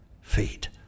feet